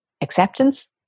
acceptance